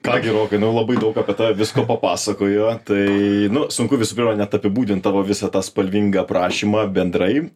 ką gi rokai nu labai daug apie tave visko papasakojo tai nu sunku visų pirma net apibūdint tavo visą tą spalvingą aprašymą bendrai